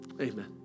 amen